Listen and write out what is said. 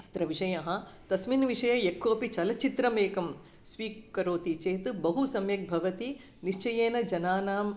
अत्र विषयः तस्मिन् विषये य कोपि चलचित्रमेकं स्वीकरोति चेत् बहु सम्यग्भवति निश्चयेन जनानाम्